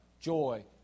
joy